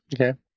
Okay